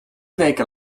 weken